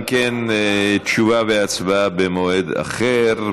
אם כן, תשובה והצבעה במועד אחר.